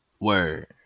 Word